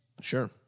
sure